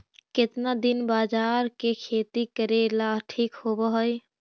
केतना दिन बाजरा के खेती करेला ठिक होवहइ?